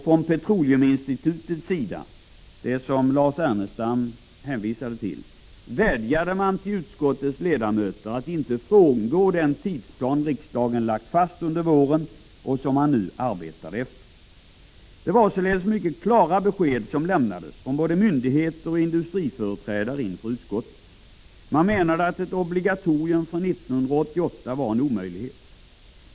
Från Petroleum Institutet, vilket Lars Ernestam hänvisade till, vädjade man till utskottets ledamöter att inte frångå den tidsplan som riksdagen lagt fast under våren och som man nu arbetar efter. Det var således mycket klara besked som lämnades från både myndigheter och industriföreträdare inför utskottet. Man menade att ett obligatorium från 1988 var en omöjlighet.